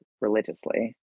religiously